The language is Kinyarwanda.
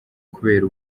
kubera